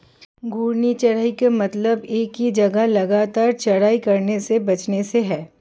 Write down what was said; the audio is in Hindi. घूर्णी चराई का मतलब एक ही जगह लगातार चराई करने से बचने से है